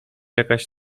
jakaś